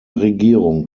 regierung